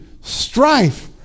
strife